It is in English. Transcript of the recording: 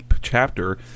chapter